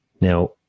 now